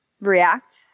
react